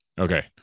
Okay